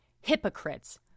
hypocrites